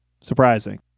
surprising